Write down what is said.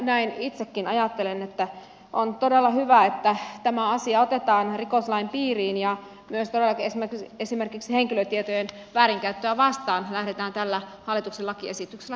näin itsekin ajattelen että on todella hyvä että tämä asia otetaan rikoslain piiriin ja myös todellakin esimerkiksi henkilötietojen väärinkäyttöä vastaan lähdetään tällä hallituksen lakiesityksellä toimimaan